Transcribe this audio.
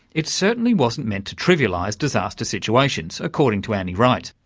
it certainly wasn't meant to trivialise disaster situations, according to annie wright.